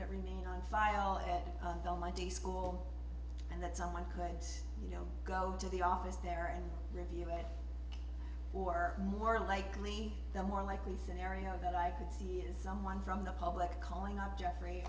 that every man on file at del monte school and that someone could you know go to the office there and review it or more likely the more likely scenario that i could see is someone from the public calling up jeffrey